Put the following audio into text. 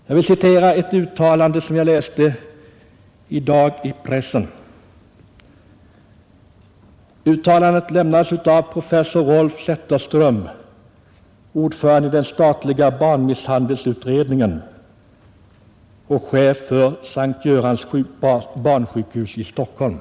Jag vill här citera ett uttalande av professor Rolf Zetterström, ordförande i den statliga barnmisshandelsutredningen och chef för S:t Görans barnsjukhus i Stockholm.